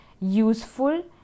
useful